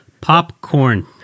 Popcorn